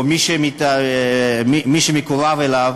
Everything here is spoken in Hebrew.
או מי שמקורב אליו,